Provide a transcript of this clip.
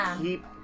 keep